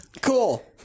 Cool